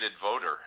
voter